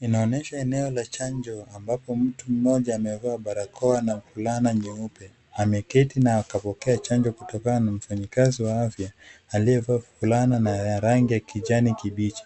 Inaonyesha eneo la chanjo ambapo mtu mmoja amevaa barakoa na fulana nyeupe, ameketi na akapokea chanjo kutoka kwa mfanyikazi wa afya aliyevaa fulana ya rangi ya kijani kibichi,